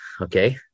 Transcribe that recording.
okay